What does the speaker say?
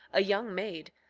a young maid,